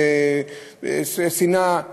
שנאה אתנית,